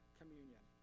communion